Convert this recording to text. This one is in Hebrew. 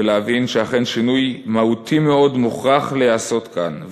ולהבין שאכן שינוי מהותי מאוד מוכרח להיעשות כאן,